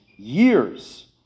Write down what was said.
Years